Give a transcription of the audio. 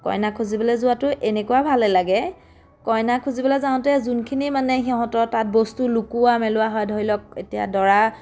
কইনা খুজিবলে যোৱাটো এনেকুৱা ভালেই লাগে কইনা খুজিবলে যাওঁতে যোনখিনি মানে সিহঁতৰ তাত বস্তু লুকুওৱা মেলোৱা হয় ধৰি লওক এতিয়া দৰা